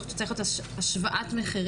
אני חושבת שנצטרך לעשות השוואת מחירים